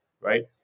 right